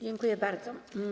Dziękuję bardzo.